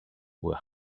were